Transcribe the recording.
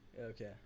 okay